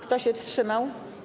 Kto się wstrzymał?